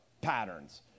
patterns